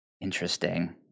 Interesting